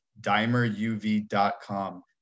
dimeruv.com